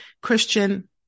Christian